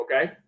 okay